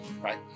right